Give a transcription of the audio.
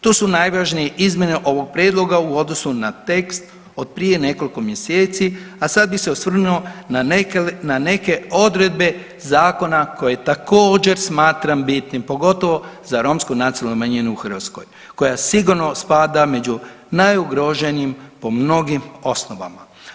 Tu su najvažniji izmjene ovog prijedloga u odnosu na tekst od prije nekoliko mjeseci, a sad bih se osvrnuo na neke odredbe zakona koje također, smatram bitnim, pogotovo za romsku nacionalnu manjinu u Hrvatskoj, koja sigurno spada među najugroženim po mnogim osnovama.